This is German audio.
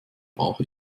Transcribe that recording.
brauche